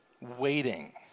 waiting